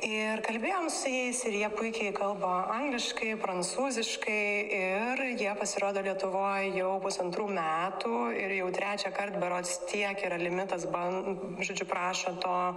ir kalbėjom su jais ir jie puikiai kalba angliškai prancūziškai ir jie pasirodo lietuvoj jau pusantrų metų ir jau trečią kart berods tiek yra limitas ban žodžiu prašo to